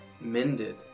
mended